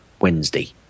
Wednesday